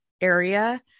area